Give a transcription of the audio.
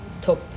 top